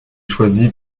choisi